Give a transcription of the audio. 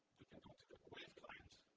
go to the wave client